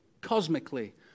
cosmically